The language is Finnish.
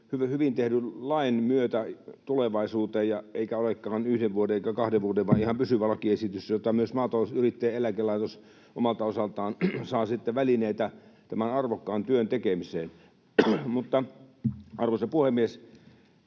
hyvin tehdyn lain myötä tulevaisuuteen eikä olekaan yhden vuoden eikä kahden vuoden vaan ihan pysyvä lakiesitys, josta myös Maatalousyrittäjien eläkelaitos omalta osaltaan saa sitten välineitä tämän arvokkaan työn tekemiseen. Mutta, arvoisa puhemies,